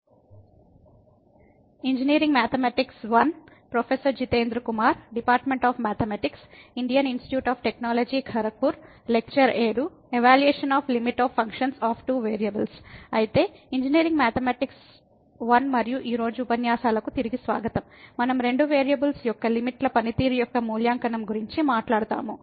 అయితే engineering mathematics I మరియు ఈ రోజు ఉపన్యాసాలకు తిరిగి స్వాగతం మనం రెండు వేరియబుల్స్ యొక్క లిమిట్ ల పనితీరు యొక్క మూల్యాంకనం గురించి మాట్లాడుతాము